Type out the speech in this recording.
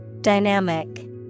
Dynamic